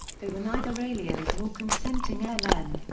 they were neither aliens nor consenting airmen,